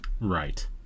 right